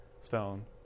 stone